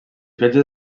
viatges